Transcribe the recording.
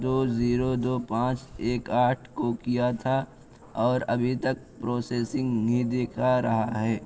دو zero دو پانچ ایک آٹھ کو کیا تھا اور ابھی تک پروسیسنگ نہیں دکھا رہا ہے